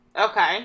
Okay